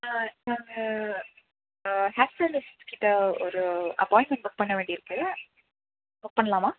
ஆ நாங்கள் ஆ hair stylers கிட்ட ஒரு அப்பாயின்மெண்ட் புக் பண்ண வேண்டி இருக்குது புக் பண்ணலாமா